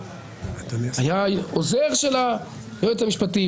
היה עוזר של היועץ המשפטי,